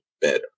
better